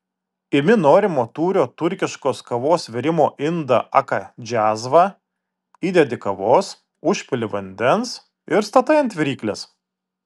imi norimo tūrio turkiškos kavos virimo indą aka džiazvą įdedi kavos užpili vandens ir statai ant viryklės